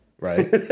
right